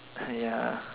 ya